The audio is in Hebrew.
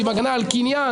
עם הגנה על קניין,